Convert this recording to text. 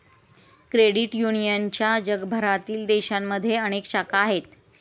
credit युनियनच्या जगभरातील देशांमध्ये अनेक शाखा आहेत